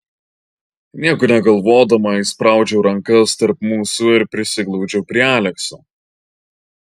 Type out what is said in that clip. nieko negalvodama įspraudžiau rankas tarp mūsų ir prisiglaudžiau prie alekso